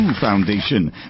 Foundation